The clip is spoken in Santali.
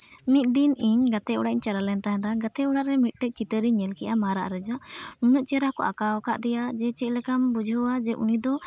ᱢᱤᱫ ᱫᱤᱱ ᱤᱧ ᱜᱟᱛᱮ ᱚᱲᱟᱜ ᱤᱧ ᱪᱟᱞᱟᱣ ᱞᱮᱱ ᱛᱟᱦᱮᱸᱫᱼᱟ ᱵᱜᱟᱛᱮ ᱚᱲᱟᱜ ᱨᱮ ᱢᱤᱫᱴᱮᱱ ᱪᱤᱛᱟᱹᱨ ᱤᱧ ᱧᱮᱞ ᱠᱮᱫᱼᱟ ᱢᱟᱨᱟᱜ ᱨᱮᱭᱟᱜ ᱩᱱᱟᱹᱜ ᱪᱮᱦᱨᱟ ᱠᱚ ᱟᱸᱠᱟᱣ ᱠᱟᱫᱮᱭᱟ ᱡᱮ ᱪᱮᱫ ᱞᱮᱠᱟᱢ ᱵᱩᱡᱷᱟᱹᱣᱟ ᱩᱱᱤ ᱫᱚ